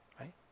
Right